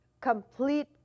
complete